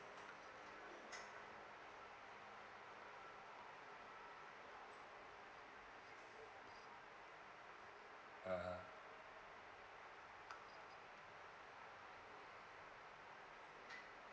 ah ha